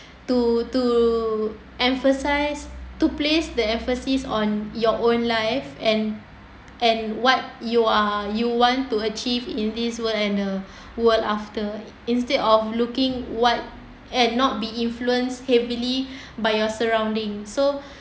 to to emphasize to place the emphasis on your own life and and what you are you want to achieve in this world and the world after instead of looking what and not be influenced heavily by your surroundings so